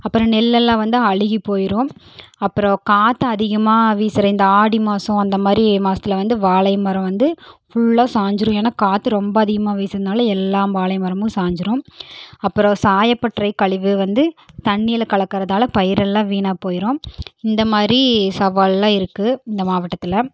அப்புறம் நெல்லெல்லாம் வந்து அழுகி போய்டும் அப்புறம் காற்று அதிகமாக வீசுகிற இந்த ஆடி மாதம் அந்தமாதிரி மாதத்துல வந்து வாழை மரம் வந்து ஃபுல்லாக சாஞ்சுரும் ஏனால் காற்று ரொம்ப அதிகமாக வீசினனால எல்லா வாழைமரமும் சாஞ்சிடும் அப்புறம் சாயப்பட்டரை கழிவு வந்து தண்ணியில் கலக்கிறதால பயிரெல்லாம் வீணாக போய்டும் இந்தமாதிரி சவாலெலாம் இருக்குது இந்த மாவட்டத்தில்